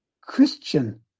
christian